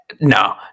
No